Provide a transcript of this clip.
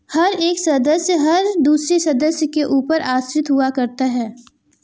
हर एक सदस्य हर दूसरे सदस्य के ऊपर आश्रित हुआ करता है